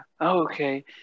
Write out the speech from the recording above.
okay